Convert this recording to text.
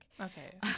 Okay